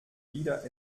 wieder